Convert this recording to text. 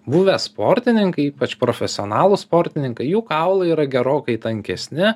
buvę sportininkai ypač profesionalūs sportininkai jų kaulai yra gerokai tankesni